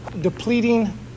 depleting